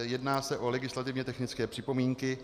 Jedná se o legislativně technické připomínky.